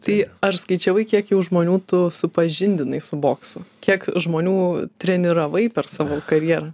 tai ar skaičiavai kiek jau žmonių tu supažindinai su boksu kiek žmonių treniravai per savo karjerą